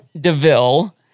DeVille